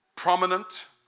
Prominent